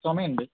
ചുമയുണ്ട്